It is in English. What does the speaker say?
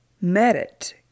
merit